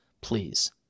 please